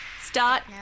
Start